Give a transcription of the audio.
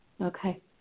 Okay